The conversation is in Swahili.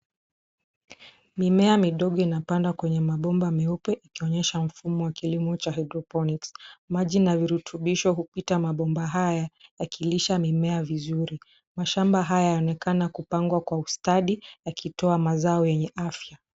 Mimea midogo inapandwa kwenye mabomba meupe, ikionyesha mfumo wa kilimo cha hydrophonics . Maji na virutubisho hupita mabomba haya yakilisha mimea vizuri. Mashamba haya yanaonekana kupangwa kwa ustadi, yakitoa mazao yenye afya.